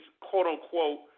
quote-unquote